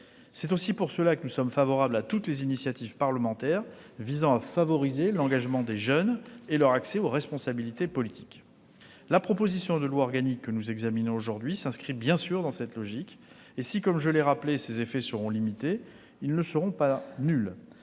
C'est aussi pour cela que nous sommes favorables à toutes les initiatives parlementaires visant à favoriser l'engagement des jeunes et leur accès aux responsabilités politiques. La proposition de loi organique que nous examinons aujourd'hui s'inscrit, bien sûr, dans cette logique. Si, comme je l'ai rappelé, ses effets seront limités, ils ne seront pas nuls.